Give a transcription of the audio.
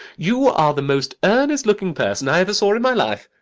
you are the most earnest-looking person i ever saw in my life.